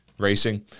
racing